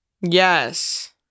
Yes